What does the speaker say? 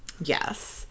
yes